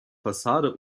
fassade